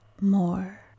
more